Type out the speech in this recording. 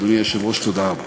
אדוני היושב-ראש, תודה רבה.